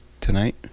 tonight